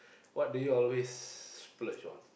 what do you always splurge on